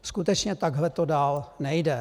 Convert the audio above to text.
Skutečně takhle to dál nejde.